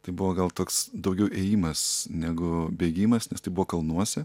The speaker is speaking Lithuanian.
tai buvo gal toks daugiau ėjimas negu bėgimas nes tai buvo kalnuose